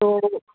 तो